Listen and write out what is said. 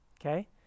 okay